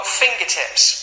fingertips